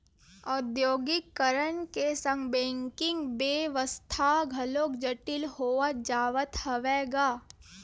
औद्योगीकरन के संग बेंकिग बेवस्था घलोक जटिल होवत जावत हवय गा